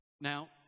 Now